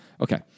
okay